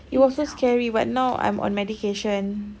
it was so scary but now I'm on medication